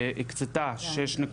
הקצתה 6,